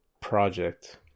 project